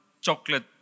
chocolate